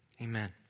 amen